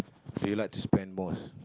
do you like to spend most